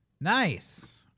Nice